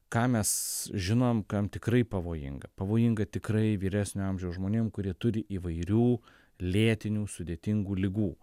ką mes žinom kam tikrai pavojinga pavojinga tikrai vyresnio amžiaus žmonėm kurie turi įvairių lėtinių sudėtingų ligų